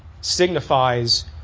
signifies